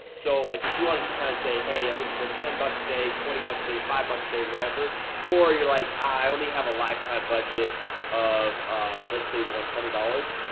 so like if you wanted to kind of say hey i'm gonna spend ten bucks a day twenty bucks say five bucks day. whatever or you're like. i only have a lifetime budget of let's say one hundred dollars.